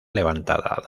levantada